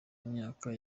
myaka